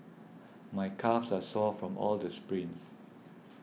my calves are sore from all the sprints